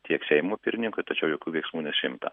tiek seimo pirmininkui tačiau jokių veiksmų nesiimta